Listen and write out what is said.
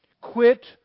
Quit